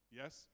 yes